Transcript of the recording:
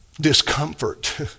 discomfort